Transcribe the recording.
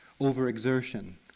overexertion